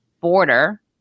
border